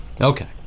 okay